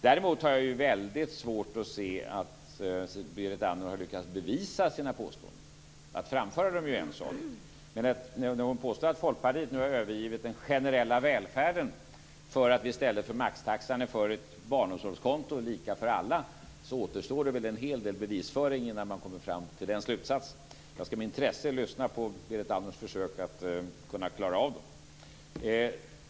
Däremot har jag väldigt svårt att se att Berit Andnor har lyckats bevisa sina påståenden. Att framföra dem är en sak. När hon påstår att Folkpartiet nu har övergivit den generella välfärden därför att vi i stället för maxtaxan är för ett barnomsorgskonto, lika för alla, återstår en hel del bevisföring innan hon kommer fram till den slutsatsen. Jag ska med intresse lyssna på Berit Andnors försök att klara av det.